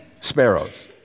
sparrows